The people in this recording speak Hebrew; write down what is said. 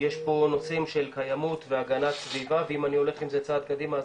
יש פה נושאים של קיימות והגנת סביבה ואם אני הולך עם זה צעד קדימה,